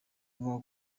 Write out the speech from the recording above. avuga